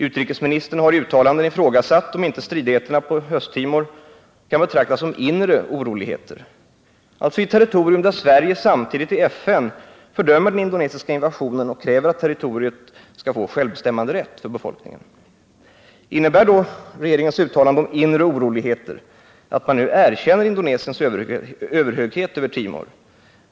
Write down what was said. Utrikesministern har i uttalanden ifrågasatt om inte stridigheterna på Östtimor kan betraktas som inre oroligheter — alltså i ett territorium där Sverige samtidigt i FN fördömer den indonesiska invasionen och kräver att territoriet skall få självbestämmanderätt för befolkningen. Innebär då regeringens uttalande om ”inre oroligheter” att man nu erkänner Indonesiens överhöghet över Timor?